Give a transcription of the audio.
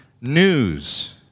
news